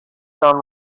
gone